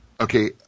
Okay